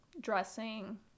dressing